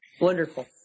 wonderful